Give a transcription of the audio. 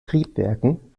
triebwerken